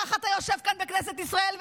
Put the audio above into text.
ככה אתה יושב כאן בכנסת ישראל,